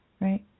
right